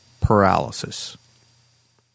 paralysis